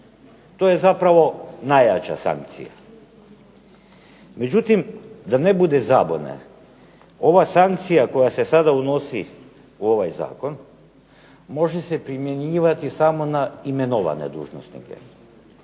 To je zapravo najjača sankcija. Međutim, da ne bude zabune. Ova sankcija koja se sada unosi u ovaj zakon može se primjenjivati samo na imenovane dužnosnike,